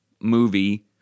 movie